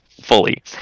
Fully